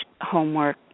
homework